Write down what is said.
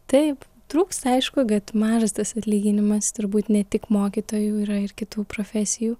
taip trūksta aišku bet mažas tas atlyginimas turbūt ne tik mokytojų yra ir kitų profesijų